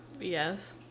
Yes